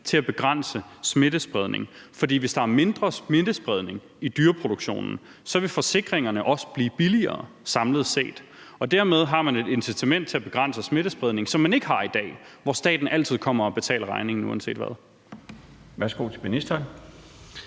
til at begrænse smittespredningen, for hvis der er mindre smittespredning i dyreproduktionen, vil forsikringerne også blive billigere samlet set, og dermed har man et incitament til at begrænse smittespredningen, som man ikke har i dag, hvor staten altid kommer og betaler regningen uanset hvad.